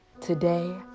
Today